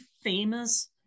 famous